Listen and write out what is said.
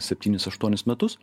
septynis aštuonis metus